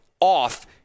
off